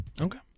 Okay